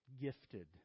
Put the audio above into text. gifted